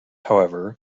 however